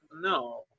no